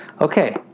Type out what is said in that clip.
Okay